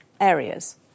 areas